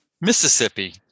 Mississippi